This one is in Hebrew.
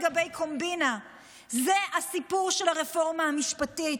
זה הסיפור של הרפורמה המשפטית.